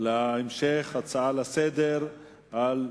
להמשך סדר-היום: